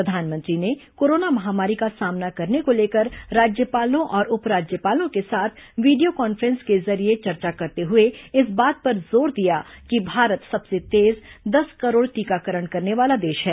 प्रधानमंत्री ने कोरोना महामारी का सामना करने को लेकर राज्यपालों और उप राज्यपालों के साथ वीडियो कॉन्फ्रेन्स के जरिये चर्चा करते हुए इस बात पर जोर दिया कि भारत सबसे तेज दस करोड़ टीकाकरण करने वाला देश है